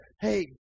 hey